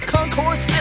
Concourse